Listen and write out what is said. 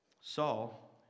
Saul